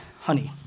honey